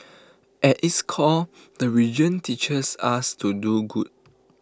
at its core the religion teaches us to do good